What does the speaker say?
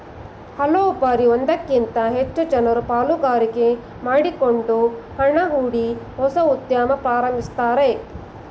ಕೆಲವು ಬಾರಿ ಒಂದಕ್ಕಿಂತ ಹೆಚ್ಚು ಜನರು ಪಾಲುಗಾರಿಕೆ ಮಾಡಿಕೊಂಡು ಹಣ ಹೂಡಿ ಹೊಸ ಉದ್ಯಮ ಪ್ರಾರಂಭಿಸುತ್ತಾರೆ